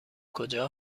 کجا